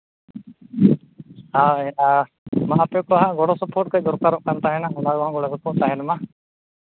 ᱦᱳᱭ ᱟᱨ ᱟᱯᱮ ᱠᱚᱦᱚᱸ ᱜᱚᱲᱚ ᱥᱚᱯᱚᱦᱚᱫ ᱠᱟᱹᱡ ᱫᱚᱨᱠᱟᱨᱚᱜ ᱠᱟᱱ ᱛᱟᱦᱮᱱᱟ ᱚᱱᱟ ᱨᱮᱦᱚᱸ ᱜᱚᱲᱚ ᱜᱚᱯᱚᱲᱚ ᱛᱟᱦᱮᱱ ᱢᱟ